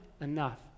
enough